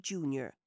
Junior